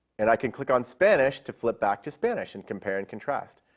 and i can click on spanish to flip back to spanish and compare and contrast.